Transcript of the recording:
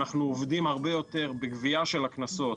אנחנו עובדים הרבה יותר בגבייה של הקנסות